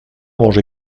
manger